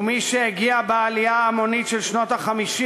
ומי שהגיע בעלייה ההמונית של שנות ה-50